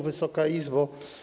Wysoka Izbo!